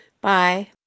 Bye